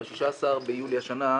ב-16 ביולי השנה,